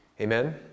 Amen